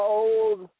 old